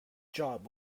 job